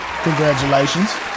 congratulations